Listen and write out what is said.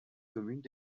communes